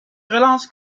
relance